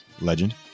legend